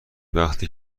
وقتی